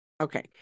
okay